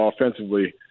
offensively